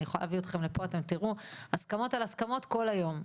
אני יכולה להביא אתכם לפה ואתם תראו הסכמות על הסכמות כל היום.